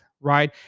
right